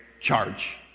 charge